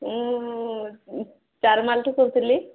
ମୁଁ ଚାରମାଲଠୁ କହୁଥିଲି